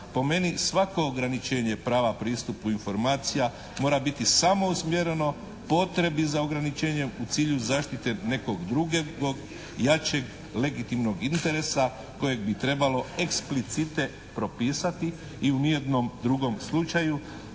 Po meni svako ograničenje prava pristupu informacija mora biti samo usmjereno potrebi za ograničenjem u cilju zaštite nekog drugog, jačeg legitimnog interesa kojeg bi treba eksplicite propisati i u nijednom drugom slučaju,